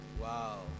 Wow